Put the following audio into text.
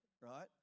right